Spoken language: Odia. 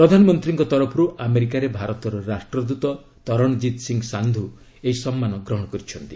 ପ୍ରଧାନମନ୍ତ୍ରୀଙ୍କ ତରଫରୁ ଆମେରିକାରେ ଭାରତର ରାଷ୍ଟ୍ରଦୂତ ତରଣଜିତ ସିଂହ ସାନ୍ଧୁ ଏହି ସମ୍ମାନ ଗ୍ରହଣ କରିଛନ୍ତି